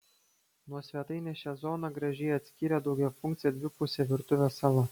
nuo svetainės šią zoną gražiai atskyrė daugiafunkcė dvipusė virtuvės sala